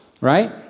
right